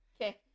Okay